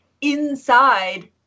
inside